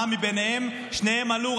שתיהן עלו.